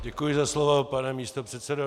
Děkuji za slovo, pane místopředsedo.